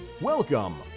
Welcome